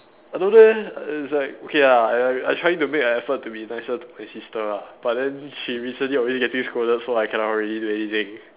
I don't know leh it's like okay lah I I trying to make an effort to be nicer to my sister ah but then she recently always getting scolded so I cannot really do anything